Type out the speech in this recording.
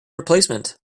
replacement